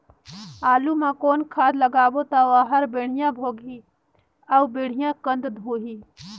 आलू मा कौन खाद लगाबो ता ओहार बेडिया भोगही अउ बेडिया कन्द होही?